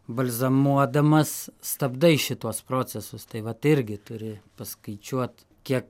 balzamuodamas stabdai šituos procesus tai vat irgi turi paskaičiuot kiek